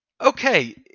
okay